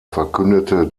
verkündete